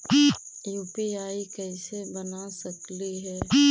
UPI कैसे बना सकली हे?